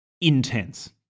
intense